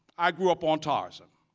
i grew up on tarzan.